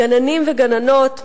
גננים וגננות,